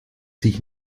sich